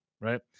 Right